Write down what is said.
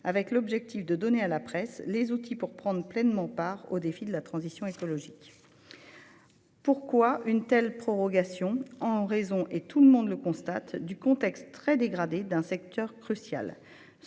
avec l'objectif de donner à la presse les outils pour prendre pleinement part aux défis de la transition écologique. Pourquoi une telle prorogation ? En raison du contexte, constaté par tous, très dégradé de ce secteur crucial.